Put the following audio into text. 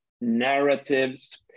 narratives